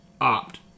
opt